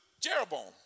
Jeroboam